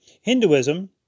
Hinduism